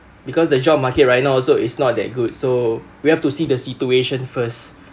because the job market right now also is not that good so we have to see the situation first